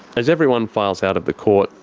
as everyone files out of the court,